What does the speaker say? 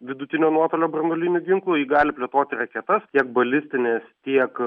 vidutinio nuotolio branduolinių ginklų ji gali plėtoti raketas tiek balistines tiek